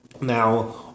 Now